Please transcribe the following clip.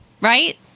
right